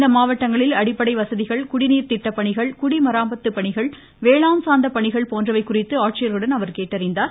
இம்மாவட்டங்களில் அடிப்படை வசதிகள் குடிநீர் திட்ட பணிகள் குடிமராமத்து பணிகள் வேளாண் சார்ந்த பணிகள் போன்றவை குறித்து ஆட்சியர்களுடன் அவர் கேட்டறிந்தார்